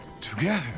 Together